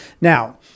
Now